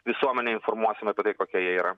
visuomenę informuosime apie tai kokie jie yra